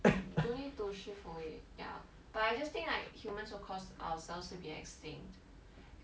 do you need to shift or it ya but I just think like humans will cause ourselves to be extinct